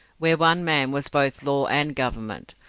where one man was both law and government,